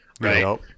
right